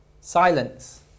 Silence